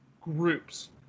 groups